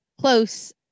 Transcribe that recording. close